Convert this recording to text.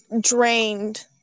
drained